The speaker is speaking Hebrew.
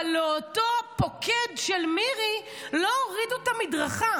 אבל לאותו פוקד של מירי לא הורידו את המדרכה?